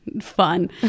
fun